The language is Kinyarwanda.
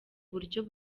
buryo